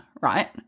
right